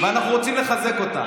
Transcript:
ואנחנו רוצים לחזק אותה.